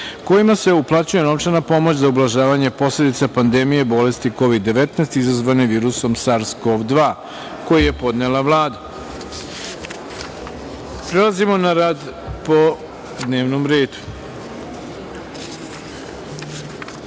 kojima se uplaćuje novčana pomoć za ublažavanje posledica pandemije, bolesti COVID-19 izazvane virusom SARS-COV-2, koji je podnela Vlada. Prelazimo na rad po dnevnom